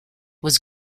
was